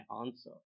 answer